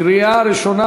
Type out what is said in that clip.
קריאה ראשונה.